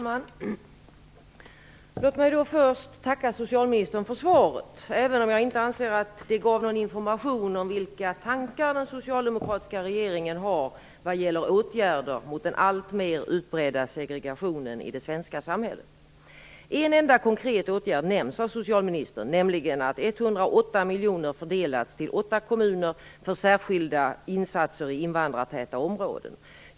Fru talman! Låt mig först tacka socialministern för svaret, även om jag inte anser att det gav någon information om vilka tankar den socialdemokratiska regeringen har vad gäller åtgärder mot den alltmer utbredda segregationen i det svenska samhället. En enda konkret åtgärd nämns av socialministern, nämligen att 108 miljoner fördelats till åtta kommuner för särskilda insatser i invandrartäta områden.